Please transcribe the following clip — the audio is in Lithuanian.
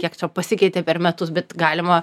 kiek čia pasikeitė per metus bet galima